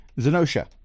Zenosha